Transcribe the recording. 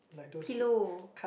pillow